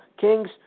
Kings